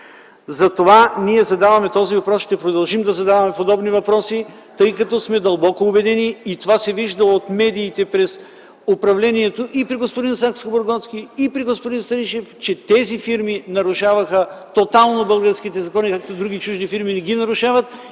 затова задаваме този въпрос и ще продължим да задаваме подобни въпроси, тъй като сме дълбоко убедени, а това се вижда от медиите и при управлението на господин Сакскобургготски, и при господин Станишев, че тези фирми нарушават тотално българските закони, както други чужди фирми не ги нарушават,